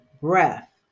breath